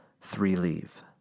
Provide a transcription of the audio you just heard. three-leave